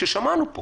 ששמענו פה